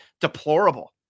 deplorable